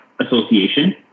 association